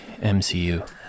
mcu